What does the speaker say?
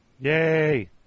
Yay